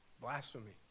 Blasphemy